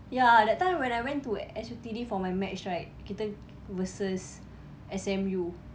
ya that time went I went to S_U_T_D for my match right kita versus S_M_U